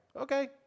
Okay